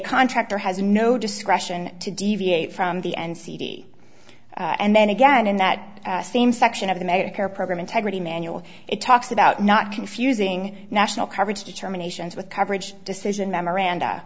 contractor has no discretion to deviate from the n c d and then again in that same section of the medicare program integrity manual it talks about not confusing national coverage determinations with coverage decision memoranda